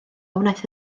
wnaeth